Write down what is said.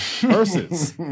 versus